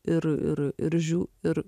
ir ir ir žiū ir